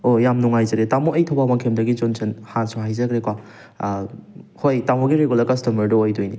ꯑꯣ ꯌꯥꯝ ꯅꯨꯡꯉꯥꯏꯖꯔꯦ ꯇꯥꯃꯣ ꯑꯩ ꯊꯧꯕꯥꯜ ꯋꯥꯡꯈꯦꯝꯗꯒꯤ ꯖꯣꯟꯁꯟ ꯍꯥꯟꯅꯁꯨ ꯍꯥꯏꯖꯈ꯭ꯔꯦꯀꯣ ꯍꯣꯏ ꯇꯥꯃꯣꯒꯤ ꯔꯤꯒꯨꯂꯔ ꯀꯁꯇꯃꯔꯗꯨ ꯑꯣꯏꯗꯣꯏꯅꯤ